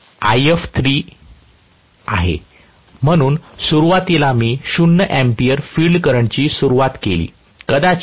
हे field current If3 आहे म्हणून सुरुवातीला मी शून्य अँपीअर फील्ड करंटची सुरुवात केली कदाचित 0